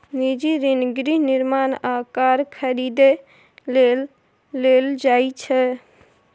निजी ऋण गृह निर्माण आ कार खरीदै लेल लेल जाइ छै